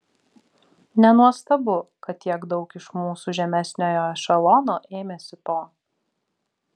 nenuostabu kad tiek daug iš mūsų žemesniojo ešelono ėmėsi to